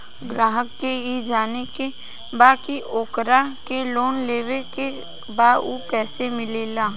ग्राहक के ई जाने के बा की ओकरा के लोन लेवे के बा ऊ कैसे मिलेला?